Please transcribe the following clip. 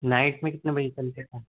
night میں کتنے بجے چلتی ہے سر